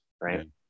right